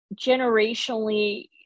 generationally